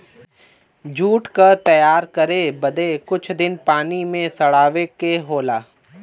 jute क तैयार करे बदे कुछ दिन पानी में सड़ावे के होला